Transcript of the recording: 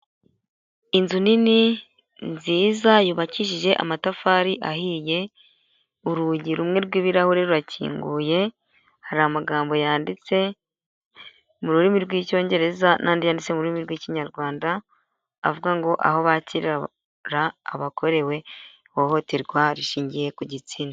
Inzu nini nziza yubakishije amatafari ahiye urugi rumwe rw'ibirahure rurakinguye hari amagambo yanditse mu rurimi rw'icyongereza n'andi yanditse mu rurimi rw'ikinyarwanda avuga ngo aho bakira abakorewe ihohoterwa rishingiye ku gitsina.